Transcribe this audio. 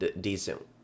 decent